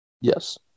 Yes